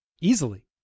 easily